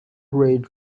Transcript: ridge